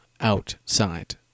outside